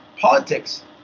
politics